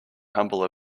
humble